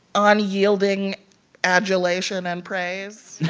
unyielding adulation and praise?